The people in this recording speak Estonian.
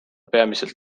peamiselt